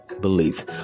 beliefs